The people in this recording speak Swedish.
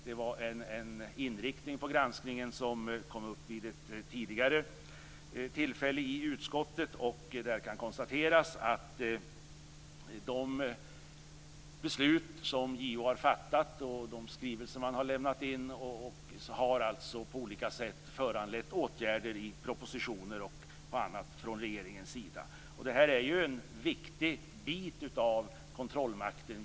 Det var en inriktning på granskningen som kom upp vid ett tidigare tillfälle i utskottet. Där kan konstateras att de beslut som JO har fattat och de skrivelser man har lämnat in på olika sätt har föranlett åtgärder i propositioner och på annat sätt från regeringens sida. Detta är ju en viktig bit av kontrollmakten.